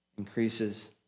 increases